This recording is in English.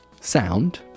sound